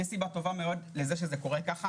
יש סיבה טובה מאוד שזה קורה כך.